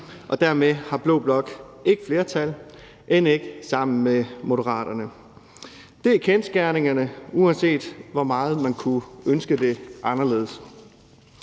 og dermed har blå blok ikke flertal, end ikke sammen med Moderaterne. Det er kendsgerningerne, uanset hvor meget man kunne ønske det anderledes.